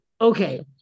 Okay